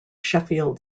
sheffield